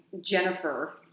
Jennifer